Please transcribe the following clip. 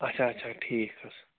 اچھا اچھا ٹھیٖک حظ